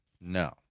No